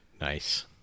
Nice